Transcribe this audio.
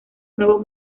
nuevo